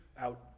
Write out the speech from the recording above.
out